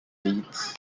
leeds